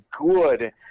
good